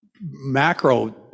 macro